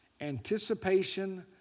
anticipation